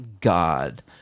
God